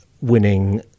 winning